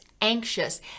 anxious